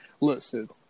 Listen